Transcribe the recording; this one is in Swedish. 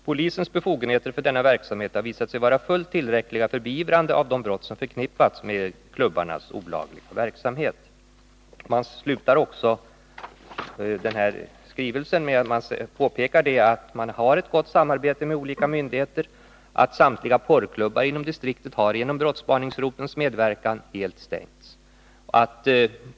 Polisens befogenheter för denna verksamhet har visat sig vara fullt tillräckliga för beivrande av de brott som förknippas med klubbarnas olagliga verksamhet.” I slutet av skrivelsen påpekar polisstyrelsen att den har ett gott samarbete med olika myndigheter. Samtliga porrklubbar inom distriktet har genom brottsspaningsrotelns medverkan stängts helt.